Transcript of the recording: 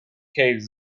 caves